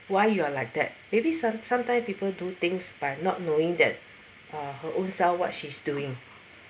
why you are like that maybe some sometimes people do things by not knowing that uh her own self what she's doing